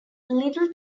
little